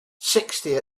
sixty